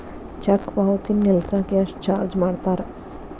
check ಪಾವತಿನ ನಿಲ್ಸಕ ಎಷ್ಟ ಚಾರ್ಜ್ ಮಾಡ್ತಾರಾ